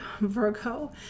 virgo